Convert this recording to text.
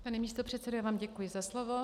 Pane místopředsedo, já vám děkuji za slovo.